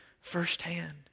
firsthand